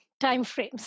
timeframes